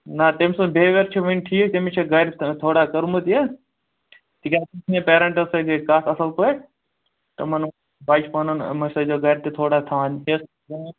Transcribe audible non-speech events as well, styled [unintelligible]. نہَ تٔمۍ سُنٛد بِہیوِیر چھُ وۅنۍ ٹھیٖک تٔمِس چھَکھ گَرِ تھوڑا کوٚرمُت یہِ تِکیٛازِ تٔمۍ سٕنٛدٮ۪ن پیرنٹن سۭتۍ گٔے کَتھ اَصٕل پٲٹھۍ تِمن بچہِ پَنُن أمِس أسۍزیٚو گَرِِ تہِ تھوڑا تھاوان [unintelligible]